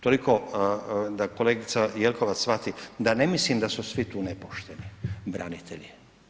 Toliko da kolegica Jelkovac shvati da ne mislim da su svi tu nepošteni branitelji.